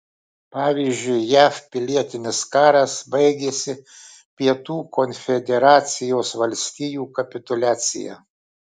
pavyzdžiui jav pilietinis karas baigėsi pietų konfederacijos valstijų kapituliacija